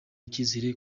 icyizere